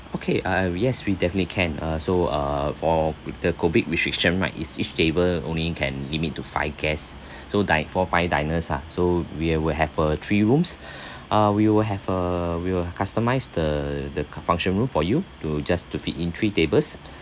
okay ah yes we definitely can uh so uh for with the COVID restriction right it's each table only can limit to five guests so dine for five diners ah so we will have uh three rooms uh we will have uh we will customise the the function room for you to just to fit in three tables